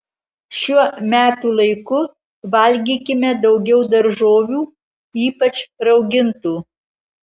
šiuo metų laiku valgykime daugiau daržovių ypač raugintų